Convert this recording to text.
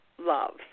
love